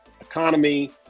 economy